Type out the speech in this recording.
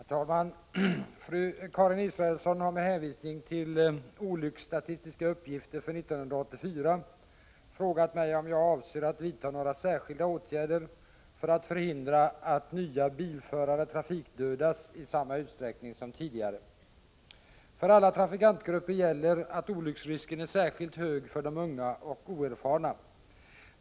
Herr talman! Karin Israelsson har med hänvisning till olycksstatistiska uppgifter för 1984 frågat mig om jag avser att vidta några särskilda åtgärder för att förhindra att nya bilförare trafikdödas i samma utsträckning som tidigare. För alla trafikantgrupper gäller att olycksrisken är särskilt hög för de unga och oerfarna.